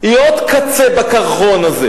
היא עוד קצה בקרחון הזה.